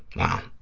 wow.